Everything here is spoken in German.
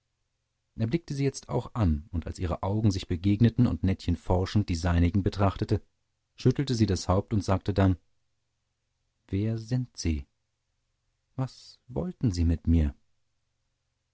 er blickte sie jetzt auch an und als ihre augen sich begegneten und nettchen forschend die seinigen betrachtete schüttelte sie das haupt und sagte dann wer sind sie was wollten sie mit mir